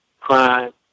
Crime